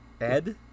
Ed